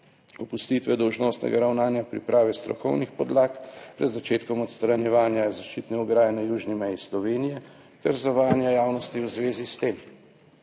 opustitve dolžnostnega ravnanja priprave strokovnih podlag pred začetkom odstranjevanja zaščitne ograje na južni meji Slovenije ter zavajanja javnosti v zvezi s tem.